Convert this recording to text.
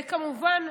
כמובן,